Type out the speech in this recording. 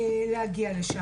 להגיע לשם.